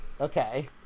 okay